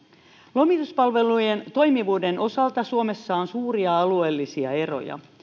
lomituspalvelujen toimivuuden osalta suomessa on suuria alueellisia eroja